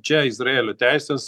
čia izraelio teises